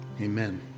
Amen